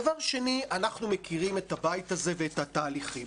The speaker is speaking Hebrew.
דבר שני, אנחנו מכירים את הבית הזה ואת התהליכים.